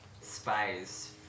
spies